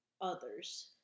others